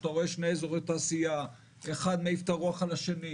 שאתה רואה שני אזורי תעשייה ואחד מעיף את הרוח על השני,